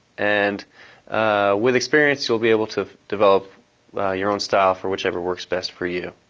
and with experience, you will be able to develop your own stuff or whichever works best for you.